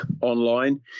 online